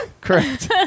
Correct